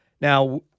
Now